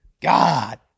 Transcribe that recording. God